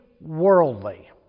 worldly